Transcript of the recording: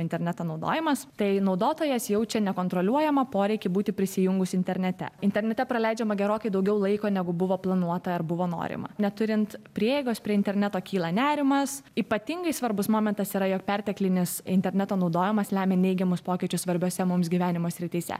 interneto naudojimas tai naudotojas jaučia nekontroliuojamą poreikį būti prisijungus internete internete praleidžiama gerokai daugiau laiko negu buvo planuota ar buvo norima neturint prieigos prie interneto kyla nerimas ypatingai svarbus momentas yra jog perteklinis interneto naudojimas lemia neigiamus pokyčius svarbiose mums gyvenimo srityse